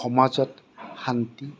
সমাজত শান্তি